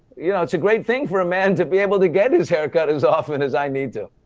you know, it's a great thing for a man to be able to get his hair cut as often as i need to.